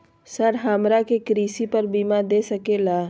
Sir हमरा के कृषि पर बीमा दे सके ला?